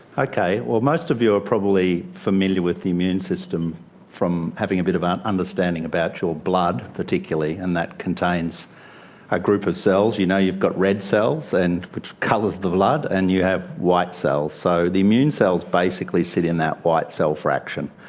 okay, well most of you are probably familiar with the immune system from having a bit of um understanding about your blood, particularly, and that contains a group of cells. you know you've got red cells, and which colours the blood, and you have white cells. so the immune cells basically sit in that white cell fraction.